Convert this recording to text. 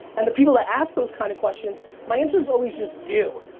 and the people that ask those kind of questions, my answer is always just do.